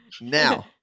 Now